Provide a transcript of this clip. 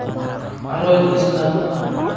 ᱟᱨᱦᱚᱸ ᱡᱤᱱᱤᱥ ᱦᱮᱱᱟᱜᱼᱟ